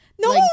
no